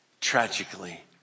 tragically